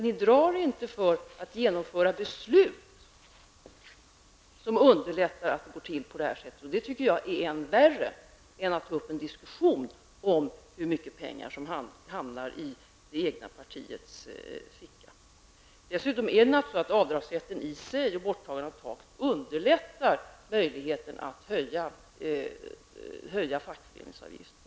Ni drar er inte för att genomföra beslut som underlättar att det går till på detta sätt. Det tycker jag är värre än att ta upp en diskussion om hur mycket pengar som hamnar i det egna partiets ficka. Avdragsrätten i sig och borttagandet av taket underlättar naturligtvis möjligheten att höja fackföreningsavgiften.